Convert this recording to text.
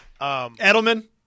Edelman